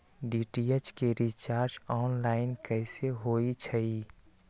DTH के recharge online कैसे होईछई?